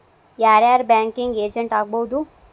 ಯಾರ್ ಯಾರ್ banking agent ಆಗ್ಬಹುದು?